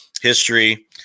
history